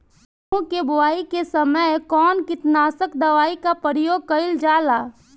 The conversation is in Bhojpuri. गेहूं के बोआई के समय कवन किटनाशक दवाई का प्रयोग कइल जा ला?